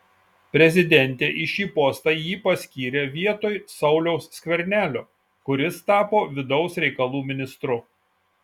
prezidentė į šį postą jį paskyrė vietoj sauliaus skvernelio kuris tapo vidaus reikalų ministru